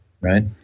right